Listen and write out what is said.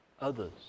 others